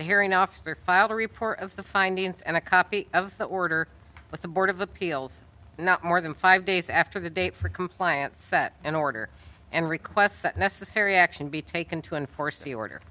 hearing officer file the report of the findings and a copy of the order with the board of appeals not more than five days after the date for compliance that an order and requests that necessary action be taken to enforce the order